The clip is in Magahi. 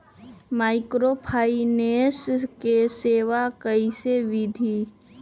माइक्रोफाइनेंस के सेवा कइसे विधि?